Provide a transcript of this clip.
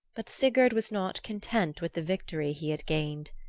but sigurd was not content with the victory he had gained.